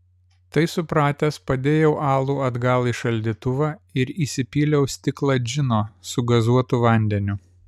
tai supratęs padėjau alų atgal į šaldytuvą ir įsipyliau stiklą džino su gazuotu vandeniu